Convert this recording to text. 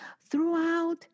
throughout